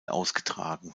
ausgetragen